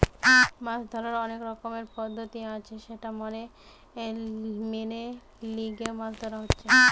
মাছ ধোরার অনেক রকমের পদ্ধতি আছে সেটা মেনে লিয়ে মাছ চাষ হচ্ছে